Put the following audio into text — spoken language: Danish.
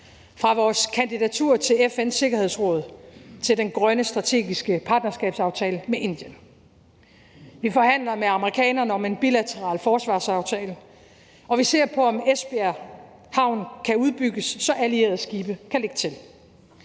fra vores kandidatur til FN's Sikkerhedsråd til den grønne strategiske partnerskabsaftale med Indien. Vi forhandler med amerikanerne om en bilateral forsvarsaftale, og vi ser på, om Esbjerg Havn kan udbygges, så allierede skibe kan lægge til.